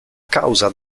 causa